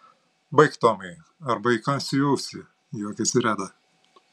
baik tomai arba įkąsiu į ausį juokėsi reda